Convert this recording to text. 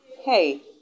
hey